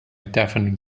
deafening